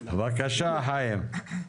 בבקשה, חיים.